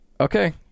okay